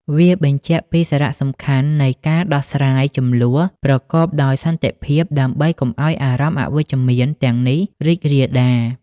វាបញ្ជាក់ពីសារៈសំខាន់នៃការដោះស្រាយជម្លោះប្រកបដោយសន្តិភាព ដើម្បីកុំឲ្យអារម្មណ៍អវិជ្ជមានទាំងនេះរីករាលដាល។